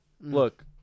Look